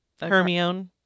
hermione